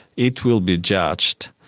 it will be judged.